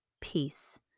peace